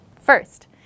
First